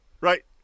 Right